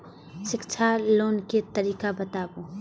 शिक्षा लोन के तरीका बताबू?